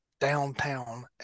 downtown